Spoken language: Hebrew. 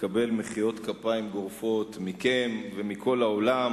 לקבל מחיאות כפיים גורפות מכם ומכל העולם,